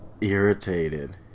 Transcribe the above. irritated